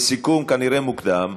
כנראה לפי סיכום מוקדם,